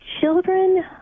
Children